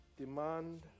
demand